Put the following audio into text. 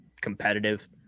competitive